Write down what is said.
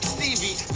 Stevie